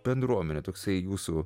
bendruomenė toksai jūsų